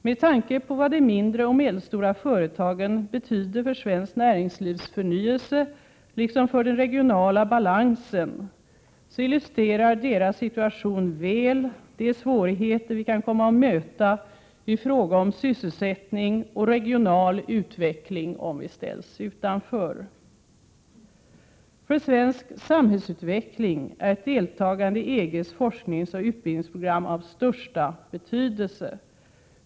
Med tanke på vad de mindre och medelstora företagen betyder för svenskt näringlivs förnyelse liksom för den regionala balansen så illustrerar deras situation väl de svårigheter vi kan komma att möta i fråga om sysselsättning och regional utveckling om vi ställs utanför. För svensk samhällsutveckling är ett deltagande i EG:s forskningsoch utbildningsprogram av största betydelse.